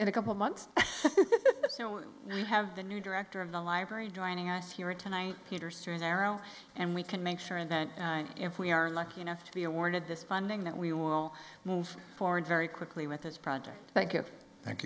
n a couple of months we have the new director of the library joining us here tonight peter's through narrow and we can make sure and then if we are lucky enough to be awarded this funding that we will move forward very quickly with this project thank you you thank